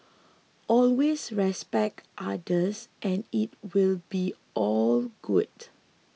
always respect others and it will be all good